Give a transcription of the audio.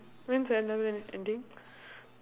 when's her N level ending